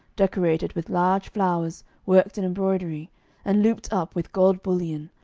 decorated with large flowers worked in embroidery and looped up with gold bullion,